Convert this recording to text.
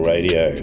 Radio